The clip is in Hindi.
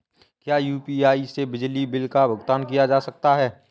क्या यू.पी.आई से बिजली बिल का भुगतान किया जा सकता है?